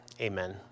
Amen